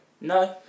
No